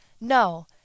No